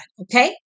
Okay